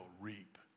reap